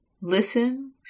listen